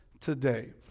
today